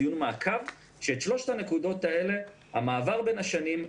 דיון מעקב בשבוע הבא כאשר שלושת הנקודות: המעבר בין השנים,